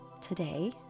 today